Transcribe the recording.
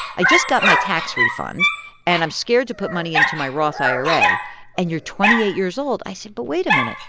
i just got my tax refund and i'm scared to put money into my roth ira and you're twenty eight years old. i said, but wait a minute.